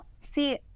see